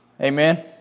Amen